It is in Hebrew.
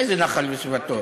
איזה נחל וסביבתו?